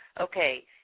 okay